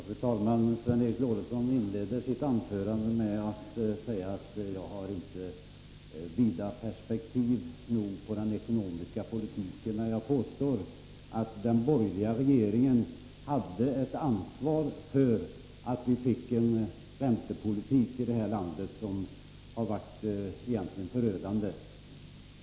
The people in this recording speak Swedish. Fru talman! Sven Eric Lorentzon inledde sitt anförande med att säga att jag inte har tillräckligt vitt perspektiv på den ekonomiska politiken när jag påstår att den borgerliga regeringen hade ett ansvar för att vi fick en räntepolitik i det här landet som har varit förödande.